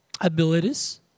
abilities